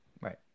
right